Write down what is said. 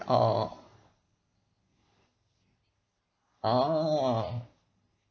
oh oh oh oo